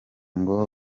ngo